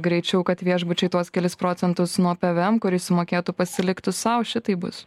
greičiau kad viešbučiai tuos kelis procentus nuo pvm kurį sumokėtų pasiliktų sau šitaip bus